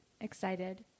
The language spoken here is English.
excited